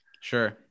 sure